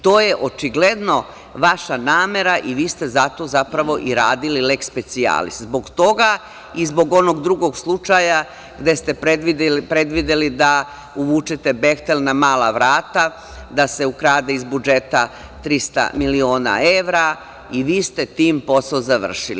To je očigledno vaša namera i vi ste zato zapravo i radili leks specijalis, zbog toga i zbog onog drugog slučaja gde ste predvideli da uvučete „Behtel“ na mala vrata, da se ukrade iz budžeta 300 miliona evra i vi ste tim posao završili.